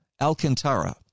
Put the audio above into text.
Alcantara